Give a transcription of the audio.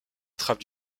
trappe